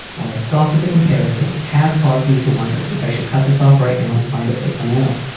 well, i scoff at the comparison. it has caused me to wonder if i should cut this off right now and find a place on my own.